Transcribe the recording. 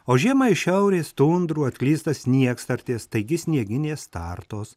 o žiemą iš šiaurės tundrų atklysta sniegstartės taigi snieginės startos